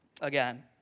again